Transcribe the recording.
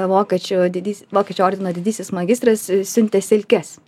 vokiečių didys vokiečių ordino didysis magistras siuntė silkes